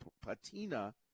patina